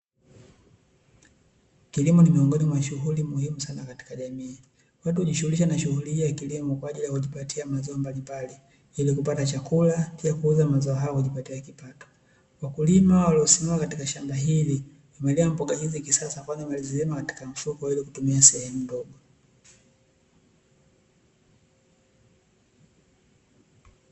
Kilimo ni miungoni mwa shughuli muhimu sana katika jamii. Watu hujishighulisha na shughuli hii ya kilimo kwa ajili ya kujipatia mazao mbalimbali ili kupata chakula, pia kuuza mazao hayo ili kujipatia kipato. Wakulima waliosimama katika shamba hili wamelima mboga hizi kwa kisasa kwani wamezilima kwenye mfuko ili kutumia sehemu ndogo.